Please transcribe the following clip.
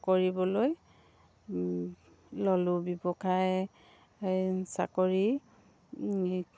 কৰিবলৈ ল'লোঁ ব্যৱসায় চাকৰি